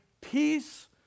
peace